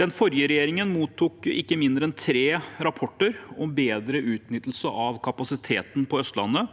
Den forrige regjeringen mottok ikke mindre enn tre rapporter om bedre utnyttelse av kapasiteten på Østlandet,